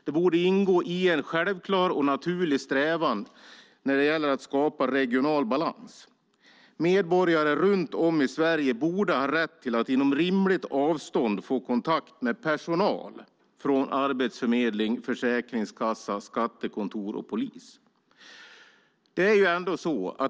Det borde ingå i en självklar och naturlig strävan när det gäller att skapa regional balans. Medborgare runt om i Sverige borde ha rätt till att inom rimligt avstånd få kontakt med personal från arbetsförmedling, försäkringskassa, skattekontor och polis.